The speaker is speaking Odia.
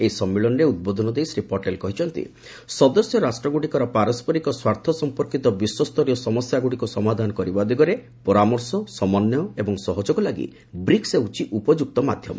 ଏହି ସମ୍ମିଳନୀରେ ଉଦ୍ବୋଧନ ଦେଇ ଶ୍ରୀ ପଟେଲ କହିଛନ୍ତି ସଦସ୍ୟ ରାଷ୍ଟ୍ରଗୁଡ଼ିକର ପାରସ୍କରିକ ସ୍ୱାର୍ଥ ସଂପର୍କିତ ବିଶ୍ୱସ୍ତରୀୟ ସମସ୍ୟାଗୁଡ଼ିକୁ ସମାଧାନ କରିବା ଦିଗରେ ପରାମର୍ଶ ସମନ୍ଧୟ ଏବଂ ସହଯୋଗ ଲାଗି ବ୍ରିକ୍ନ ହେଉଛି ଉପଯୁକ୍ତ ମାଧ୍ୟମ